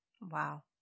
wow